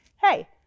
Hey